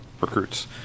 recruits